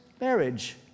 marriage